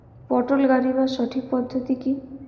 পটল গারিবার সঠিক পদ্ধতি কি?